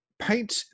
Paint